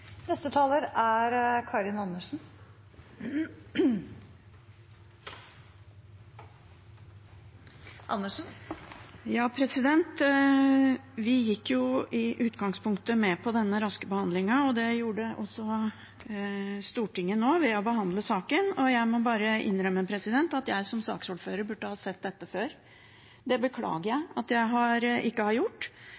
Vi gikk i utgangspunktet med på denne raske behandlingen, og det gjorde også Stortinget nå ved å behandle saken. Jeg må bare innrømme at jeg som saksordfører burde ha sett dette før. Det beklager jeg